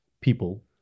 people